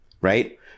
right